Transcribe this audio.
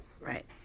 Right